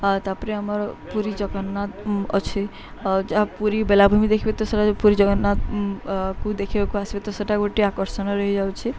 ଆଉ ତା'ପରେ ଆମର ପୁରୀ ଜଗନ୍ନାଥ ଅଛି ଯାହା ପୁରୀ ବେଳାଭୂମି ଦେଖିବେ ତ ସେଇଟା ପୁରୀ ଜଗନ୍ନାଥକୁ ଦେଖିବାକୁ ଆସିବେ ତ ସେଇଟା ଗୋଟେ ଆକର୍ଷଣ ରହିଯାଉଛି